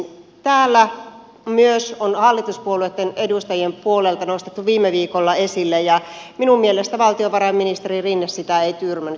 tämä on myös hallituspuolueitten edustajien puolelta nostettu viime viikolla esille ja minun mielestäni valtiovarainministeri rinne sitä ei tyrmännyt